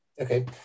Okay